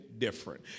different